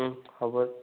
হ'ব